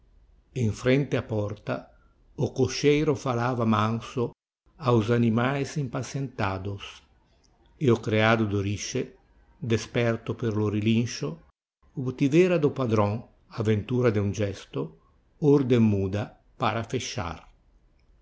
em frente á porta o cocheiro falava manso aos animaes impacientados e o creado do riche desperto pelo relincho obtivera do patrão a ventura de um gesto ordem muda para fechar